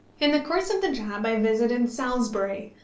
in the course of the job i visited salisbury,